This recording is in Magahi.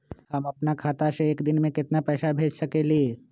हम अपना खाता से एक दिन में केतना पैसा भेज सकेली?